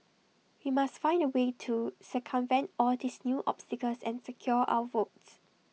we must find A way to circumvent all these new obstacles and secure our votes